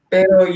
Pero